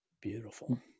Beautiful